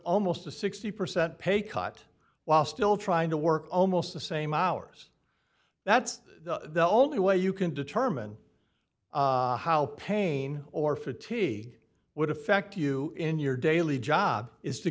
almost a sixty percent pay cut while still trying to work almost the same hours that's the only way you can determine how pain or fatigue would affect you in your daily job is to